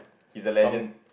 he is a legend